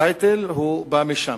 טייטל בא משם,